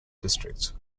districts